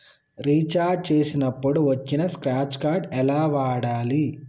Recharge చేసినప్పుడు వచ్చిన scratch card ఎలా వాడాలి?